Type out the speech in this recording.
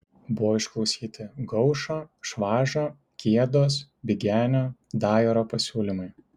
buvo išklausyti gaušo švažo kiedos bigenio dajoro pasiūlymai